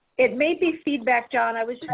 it may be feedback. john i was